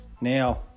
Now